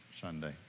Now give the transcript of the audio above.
Sunday